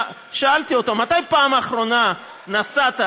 שאלתי אותו: מתי בפעם האחרונה נסעת